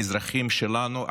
אזרחים שלנו,